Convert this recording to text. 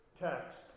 text